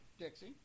Dixie